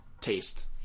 Taste